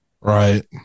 right